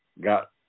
got